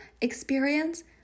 experience